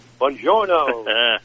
Buongiorno